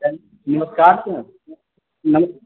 नमस्कार सर नमस्कार